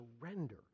surrender